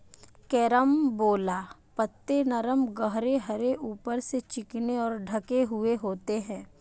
carambola पत्ते नरम गहरे हरे ऊपर से चिकने और ढके हुए होते हैं